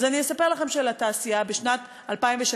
אז אני אספר לכם שלתעשייה בשנת 2016